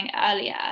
earlier